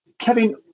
Kevin